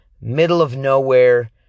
middle-of-nowhere